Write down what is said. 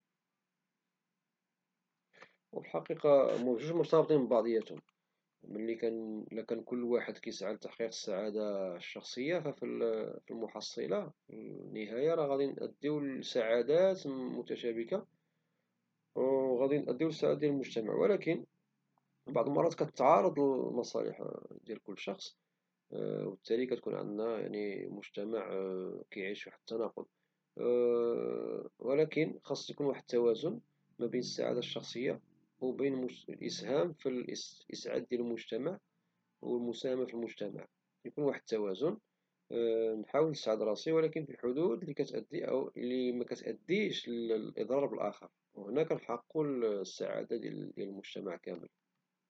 وفي الحقيقة هما بجوج مرتبطين ببعضم إذا كان كل واحد كيسعى يحقق السعادة الشخصية ففي المحصلة في النهاية عنأديو لسعادات متشابكة مما يأدي لسعادة المجتمع، ولكن في بعض الأحيان كتعارض المصالح ديال كل شخص وبالتالي كيكون عندنا مجتمع كيعيش واحد التناقض، ولكن خص يكون واحد التوازن ما بين السعادة الشخصية وبين الاسهام في الاسعاد ديال المجتمع والمساهمة في المجتمع ، كيكون واحد التوازن، نحاول نسعد راسي ولكن في الحدود لي كتأدي ، أو لي مكتأديش للإضرار بالآخر. وهنا كنحققو السعادة ديال المجتمع كامل.